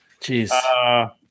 Jeez